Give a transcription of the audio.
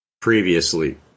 previously